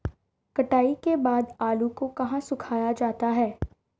कटाई के बाद आलू को कहाँ सुखाया जाता है?